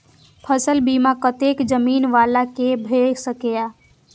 फसल बीमा कतेक जमीन वाला के भ सकेया?